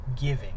giving